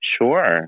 Sure